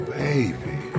baby